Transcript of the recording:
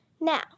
now